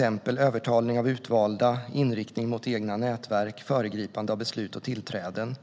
som övertalning av utvalda, inriktning mot egna nätverk samt föregripande av beslut och tillträden.